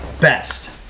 best